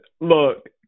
Look